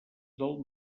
del